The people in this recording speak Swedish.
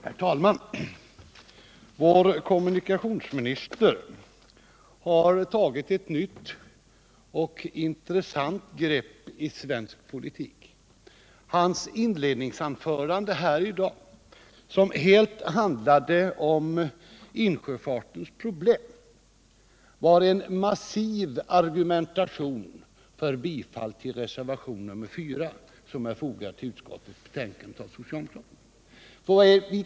Herr talman! Vår kommunikationsminister har tagit ett nytt och intressant greppi svensk politik. Hans inledningsanförande här i dag, som helt handlade om insjöfartens problem, var en massiv argumentation för bifall till reservationen 4, som är fogad till utskottets betänkande av socialdemokraterna.